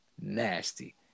nasty